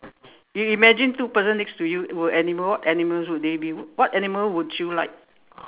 you imagine two person next to you were animals animals would they be what animals would you like